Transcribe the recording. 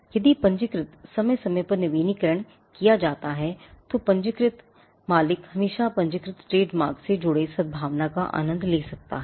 यदि पंजीकृत समय समय पर नवीनीकरण किया जाता है तो पंजीकृत मालिक हमेशा पंजीकृत ट्रेडमार्क से जुड़े सद्भावना का आनंद ले सकते हैं